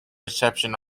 reception